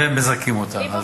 ומזכים אותה.